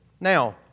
Now